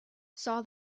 saw